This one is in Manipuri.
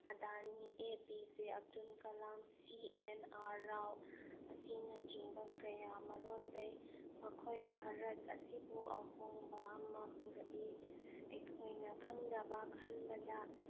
Adani A P J Abdul Kalam ꯁꯤ ꯑꯦꯟ ꯑꯥꯔ ꯔꯥꯎ ꯑꯁꯤꯅꯆꯤꯡꯕ ꯀꯌꯥꯃꯔꯨꯝ ꯂꯩ ꯃꯈꯣꯏ ꯚꯥꯔꯠ ꯑꯁꯤꯕꯨ ꯑꯍꯣꯡꯕ ꯑꯃ ꯄꯨꯔꯛꯏ ꯑꯩꯈꯣꯏꯅ ꯈꯪꯗꯕ ꯈꯟꯕꯗ